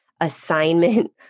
assignment